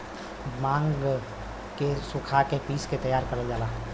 भांग के सुखा के पिस के तैयार करल जाला